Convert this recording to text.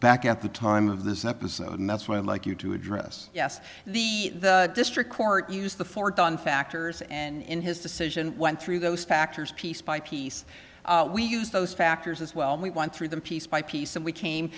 back at the time of this episode and that's why i like you to address yes the district court used the fourth on factors and in his decision went through those factors piece by piece we used those factors as well we want through the piece by piece and we came